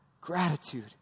Gratitude